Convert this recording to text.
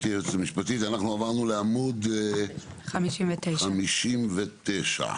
אנחנו עברנו לעמוד 59. עמוד 59,